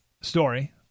story